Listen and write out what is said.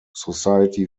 society